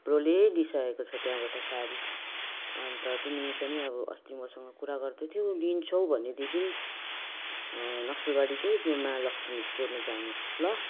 थुप्रोले लिइसकेको छ त्यहाँबाट साडी अन्त तिमी पनि अब अस्ति मसँग कुरा गर्दै थियौ लिन्छौ भनेदेखि नक्सलबारीको त्यो महालक्ष्मी स्टोरमा जानु ल